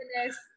goodness